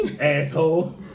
Asshole